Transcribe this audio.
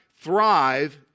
thrive